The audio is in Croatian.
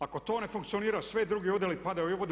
Ako to ne funkcionira svi drugi odjeli padaju u vodu.